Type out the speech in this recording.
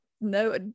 no